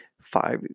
five